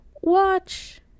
Watch